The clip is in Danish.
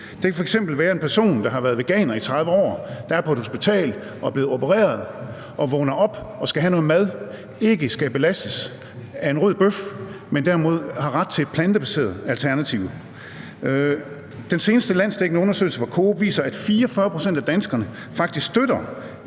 om, at en person, der har været veganer i 30 år, som er på et hospital, og som er blevet opereret og vågner op og skal have noget mad, ikke skal belastes af en rød bøf, men derimod har ret til et plantebaseret alternativ. Den seneste landsdækkende undersøgelse fra Coop viser, at 44 pct. af danskerne faktisk støtter